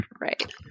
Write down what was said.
right